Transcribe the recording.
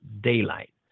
daylight